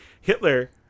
Hitler